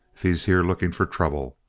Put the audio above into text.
if he's here looking for trouble!